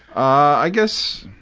i guess